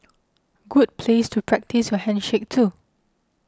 good place to practise your handshake too